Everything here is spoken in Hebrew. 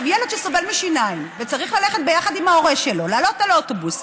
ילד שסובל משיניים וצריך ביחד עם ההורה שלו לעלות על אוטובוס,